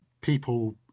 people